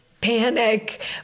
panic